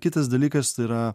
kitas dalykas tai yra